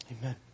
Amen